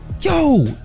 Yo